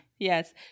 Yes